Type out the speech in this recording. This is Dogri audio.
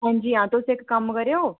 आं जी आं तुस इक्क कम्म करेओ